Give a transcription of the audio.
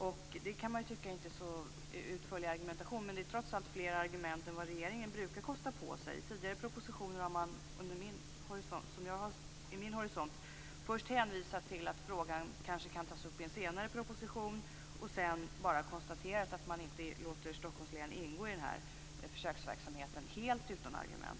Det är inte så utförlig argumentation, kan man tycka. Men det är trots allt fler argument än vad regeringen brukar kosta på sig. I tidigare propositioner under min horisont har man först hänvisat till att frågan kanske kan tas upp i en senare proposition, och sedan bara konstaterat att man inte låter Stockholms län ingå i försöksverksamheten helt utan argument.